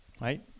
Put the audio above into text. right